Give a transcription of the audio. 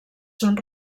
són